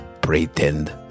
pretend